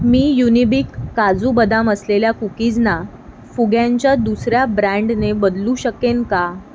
मी Unibic काजू बदाम असलेल्या कुकीजना फुग्यांच्या दुसऱ्या ब्रँडने बदलू शकेन का